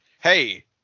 hey